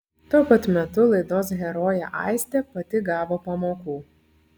tuo pat metu laidos herojė aistė pati gavo pamokų